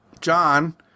John